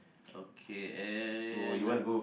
okay and uh